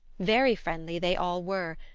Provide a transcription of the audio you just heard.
very friendly they all were,